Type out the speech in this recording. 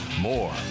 more